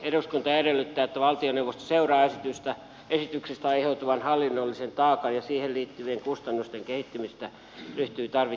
eduskunta edellyttää että valtioneuvosto seuraa esityksestä aiheutuvan hallinnollisen taakan ja siihen liittyvien kustannusten kehittymistä ja ryhtyy tarvittaviin toimenpiteisiin